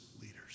leaders